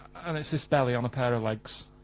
and there's this belly on a pair of legs.